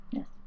Yes